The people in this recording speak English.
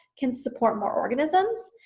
can support more organisms.